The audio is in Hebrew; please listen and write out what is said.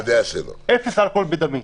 אפס אלכוהול בדמי.